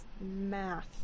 math